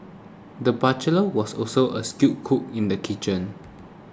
the bachelor was also a skilled cook in the kitchen